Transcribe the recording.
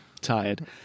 Tired